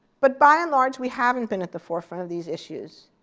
but by and large we haven't been at the forefront of these issues.